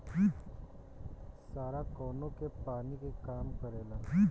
सारा कौनो के पानी के काम परेला